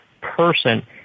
person